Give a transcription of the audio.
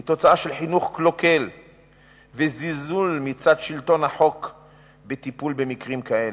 היא תוצאה של חינוך קלוקל וזלזול מצד שלטון החוק בטיפול במקרים כאלה.